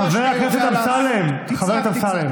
תצעק, תצעק.